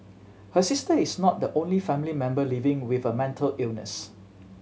her sister is not the only family member living with a mental illness